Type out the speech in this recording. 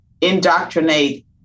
indoctrinate